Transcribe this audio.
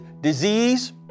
disease